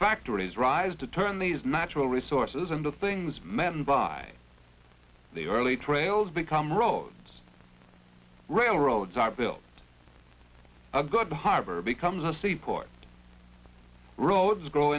factories rise to turn these natural resources into things men by the early trails become roads railroads are built of good the harbor becomes a seaport roads g